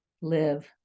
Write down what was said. live